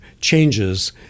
changes